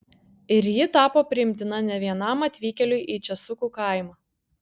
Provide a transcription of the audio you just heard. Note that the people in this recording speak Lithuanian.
ir ji tapo priimtina ne vienam atvykėliui į česukų kaimą